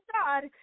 God